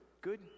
Good